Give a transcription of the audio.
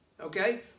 okay